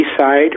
Eastside